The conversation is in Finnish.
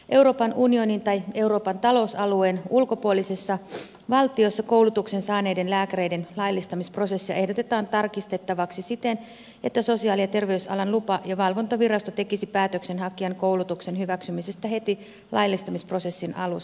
euroopan unionin tai euroopan talousalueen ulkopuolisessa valtiossa koulutuksen saaneiden lääkäreiden laillistamisprosessia ehdotetaan tarkistettavaksi siten että sosiaali ja terveysalan lupa ja valvontavirasto tekisi päätöksen hakijan koulutuksen hyväksymisestä heti laillistamisprosessin alussa